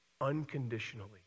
Unconditionally